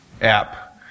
app